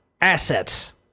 assets